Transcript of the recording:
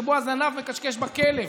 שבו הזנב מכשכש בכלב,